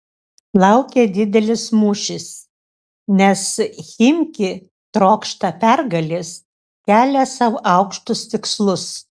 laukia didelis mūšis nes chimki trokšta pergalės kelia sau aukštus tikslus